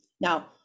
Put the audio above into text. Now